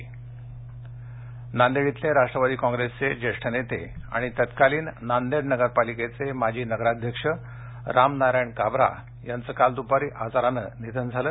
निधन नांदेड नांदेड इथले राष्ट्रवादी काँग्रेसचे जेष्ठ नेते आणि तत्कालीन नांदेड नगर पालिकेचे माजी नगराध्यक्ष रामनारायण काबरा यांच काल दुपारी आजाराने निधन झाले